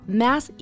mass